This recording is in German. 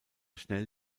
schnell